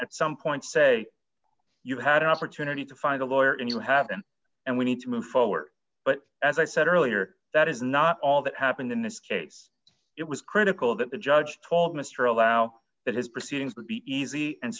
at some point say you had an opportunity to find a lawyer and you haven't and we need to move forward but as i said earlier that is not all that happened in this case it was critical that the judge told mr allow that his proceedings would be easy and